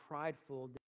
prideful